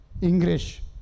English